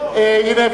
והנה,